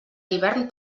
hivern